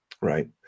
right